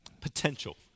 potential